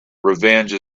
revenge